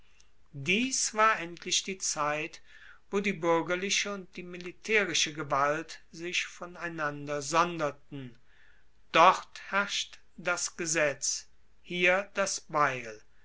dies war endlich die zeit wo die buergerliche und die militaerische gewalt sich voneinander sonderten dort herrscht das gesetz hier das beil